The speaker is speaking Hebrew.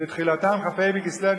שתחילתם כ"ה בכסלו,